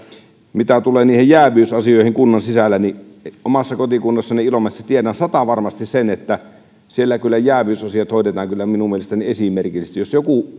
mitä tulee jääviysasioihin kunnan sisällä niin omassa kotikunnassani ilomantsissa tiedän satavarmasti sen että siellä kyllä jääviysasiat hoidetaan minun mielestäni esimerkillisesti jos joku